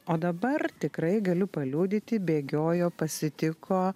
o dabar tikrai galiu paliudyti bėgiojo pasitiko